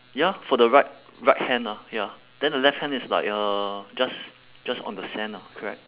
ya for the right right hand ah ya then the left hand is like uh just just on the sand ah correct